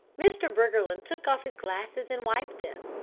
mr. briggerland took off his glasses and wiped them.